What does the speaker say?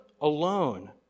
alone